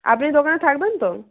আপনি দোকানে থাকবেন তো